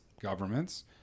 governments